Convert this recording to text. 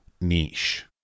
niche